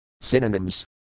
Synonyms